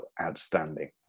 outstanding